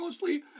mostly